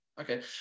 Okay